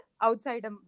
outside